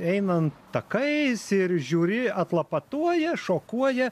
einant takais ir žiūri atlapatuoja šokuoja